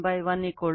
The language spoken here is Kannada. ಈಗ V1 2